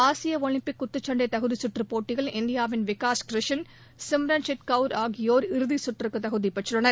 ஆசிய ஒலிம்பிக் குத்துச்சண்டை தகுதி சுற்றுப் போட்டியில் இந்தியாவின் விகாஷ் கிஷன் சிம்ரன்ஜித் கவுர் ஆகியோர் இறுதி சுற்றுக்கு தகுதி பெற்றுள்ளனர்